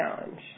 challenge